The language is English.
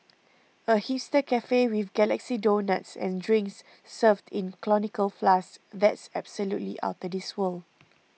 a hipster cafe with galaxy donuts and drinks served in conical flasks that's absolutely outta this world